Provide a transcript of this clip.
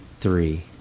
three